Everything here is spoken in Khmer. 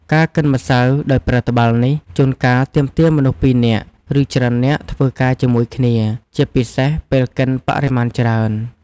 ការកិនម្សៅដោយប្រើត្បាល់នេះ ជួនកាលទាមទារមនុស្សពីរនាក់ ឬច្រើននាក់ធ្វើការជាមួយគ្នា ជាពិសេសពេលកិនបរិមាណច្រើន។